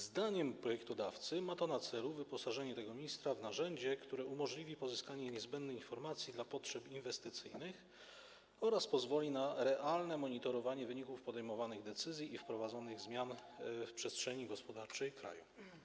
Zdaniem projektodawcy ma to na celu wyposażenie tego ministra w narzędzie, które umożliwi pozyskanie niezbędnych informacji dla potrzeb inwestycyjnych oraz pozwoli na realne monitorowanie wyników podejmowanych decyzji i wprowadzanych zmian w przestrzeni gospodarczej kraju.